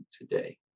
today